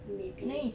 maybe